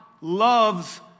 loves